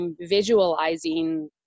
visualizing